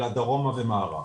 אלא דרומה ומערב.